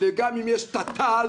וגם אם יש תת"ל,